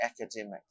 academic